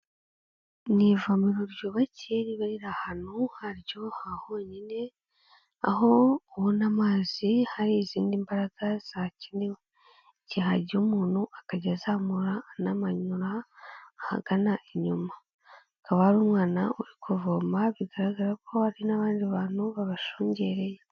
Ni ivomero ryubakiye riba riri ahantu haryo ha honyine, aho ubona amazi hari izindi mbaraga zakenewe, igihe hagiye umuntu akajya azamura anamanura ahagana inyuma, hakaba hari umwana uri kuvoma bigaragara ko hari n'abandi bantu babashungereye.